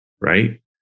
Right